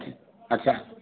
अच्छा